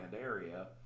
area